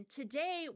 Today